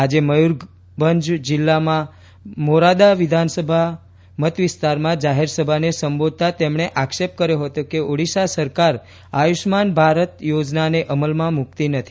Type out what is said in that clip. આજે મયૂરભંજ જિલ્લામાં મોરાદા વિધાનસભા મતવિસ્તારમાં જાહેરસભાને સંબોધતા તેમણે આક્ષેપ કર્યો હતો કે ઓડિશા સરકાર આયુષ્માન ભારત યોજનાને અમલમાં મૂકતી નથી